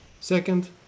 Second